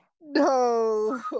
no